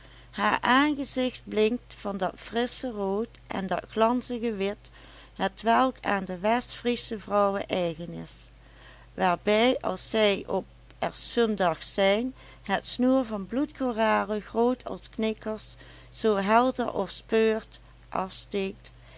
haar aangezicht blinkt van dat frissche rood en dat glanzige wit hetwelk aan de westfriesche vrouwen eigen is waarbij als zij op er zundags zijn het snoer van bloedkoralen groot als knikkers zoo helder ofspeurt afsteekt